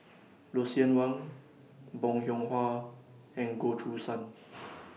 Lucien Wang Bong Hiong Hwa and Goh Choo San